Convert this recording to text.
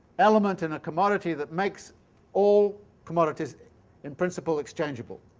element in a commodity that makes all commodities in principle exchangeable